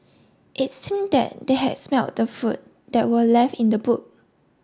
it seemed that they had smelt the food that were left in the boot